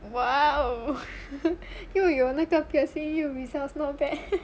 !wow! 又有那个 piercing 又 results not bad